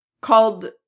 called